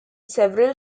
several